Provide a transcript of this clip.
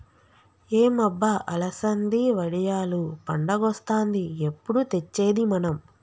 ఏం అబ్బ అలసంది వడియాలు పండగొస్తాంది ఎప్పుడు తెచ్చేది మనం